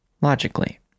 logically